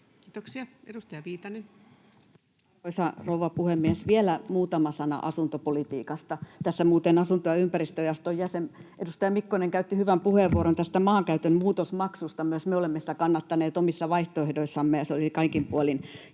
Kiitoksia. — Edustaja Viitanen. Arvoisa rouva puhemies! Vielä muutama sana asuntopolitiikasta. Tässä muuten asunto- ja ympäristöjaoston jäsen, edustaja Mikkonen käytti hyvän puheenvuoron maankäytön muutosmaksusta. Myös me olemme sitä kannattaneet omissa vaihtoehdoissamme, ja se olisi kaikin puolin järkevä